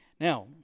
Now